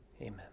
Amen